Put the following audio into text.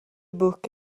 book